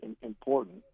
important